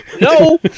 no